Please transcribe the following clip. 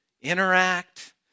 Interact